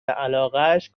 علاقش